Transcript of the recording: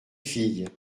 filles